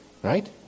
Right